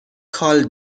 کال